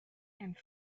and